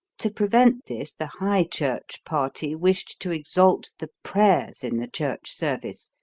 to prevent this, the high-church party wished to exalt the prayers in the church service,